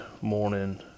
morning